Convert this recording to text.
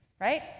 right